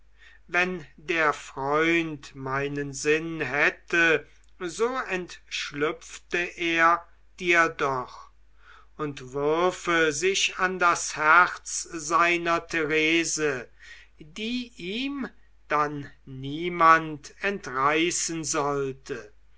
wenn der freund meinen sinn hätte so entschlüpfte er dir doch und würfe sich an das herz seiner therese die ihm dann niemand entreißen sollte